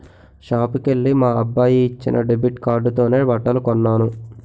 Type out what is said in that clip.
షాపుకెల్లి మా అబ్బాయి ఇచ్చిన డెబిట్ కార్డుతోనే బట్టలు కొన్నాను